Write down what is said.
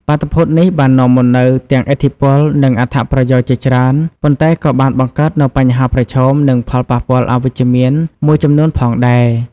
បាតុភូតនេះបាននាំមកនូវទាំងឥទ្ធិពល និងអត្ថប្រយោជន៍ជាច្រើន ប៉ុន្តែក៏បានបង្កើតនូវបញ្ហាប្រឈម និងផលប៉ះពាល់អវិជ្ជមានមួយចំនួនផងដែរ។